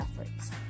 efforts